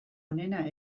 onena